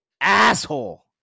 asshole